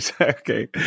Okay